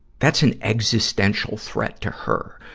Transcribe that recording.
that's an existential threat to her,